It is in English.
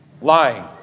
lying